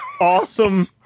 awesome